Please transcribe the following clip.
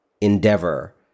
endeavor